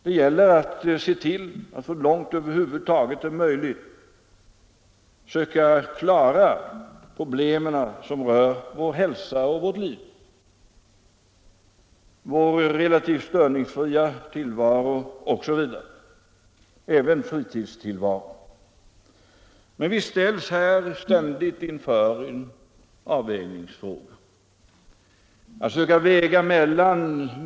Det gäller att, så långt det över huvud taget är möjligt, söka klara problemen som rör vår hälsa och vårt liv, vår relativt störningsfria tillvaro, även på fritiden. Men vi ställs ständigt inför avvägningar av olika slag.